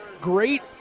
great